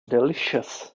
delicious